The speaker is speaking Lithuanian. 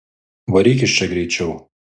varyk iš čia greičiau